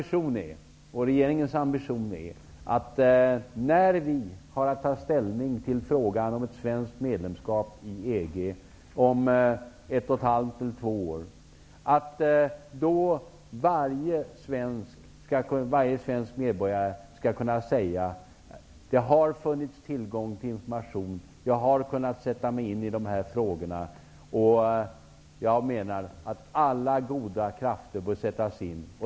Min och regeringens ambition är att när vi om ett och ett halvt eller två år har att ta ställning till ett svenskt medlemskap i EG, skall varje svensk medborgare kunna säga: Det har funnits tillgång till information. Jag har kunnat sätta mig in i dessa frågor. Jag menar att alla goda krafter bör sättas in.